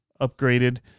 upgraded